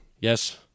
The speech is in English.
Yes